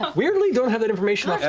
weirdly, don't have that information